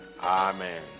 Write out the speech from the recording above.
Amen